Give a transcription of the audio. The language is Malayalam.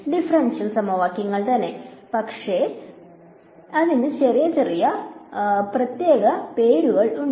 ഡിഫറൻഷ്യൽ സമവാക്യങ്ങൾ തന്നെ പക്ഷേ അതിന് ചെറിയ ചെറിയ പ്രത്യേക പേറുകൾ ഉണ്ട്